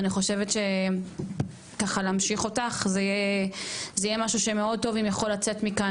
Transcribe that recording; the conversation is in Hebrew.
ואני חושבת שלהמשיך אותך זה יהיה משהו מאוד טוב שיכול לצאת מכאן,